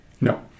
No